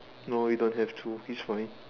no we don't have to he's fine